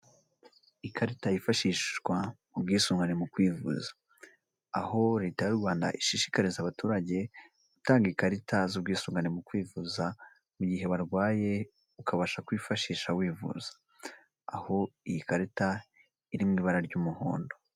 Ikarita yifashishwa ubwisungane mu kwivuza, aho leta y'u Rwanda ishishikariza abaturage, gutanga ikarita z'ubwisungane mu kwivuza, mu gihe barwaye, ukabasha kuyifashisha wivuza, aho iyi karita iri mu ibara ry'umuhondo.